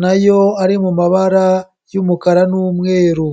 nayo ari mu mabara y'umukara n'umweru.